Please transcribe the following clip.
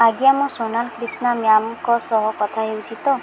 ଆଜ୍ଞା ମୁଁ ସୋନାଲ କ୍ରିଷ୍ଣା ମ୍ୟାମ୍ଙ୍କ ସହ କଥା ହେଉଛି ତ